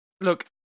Look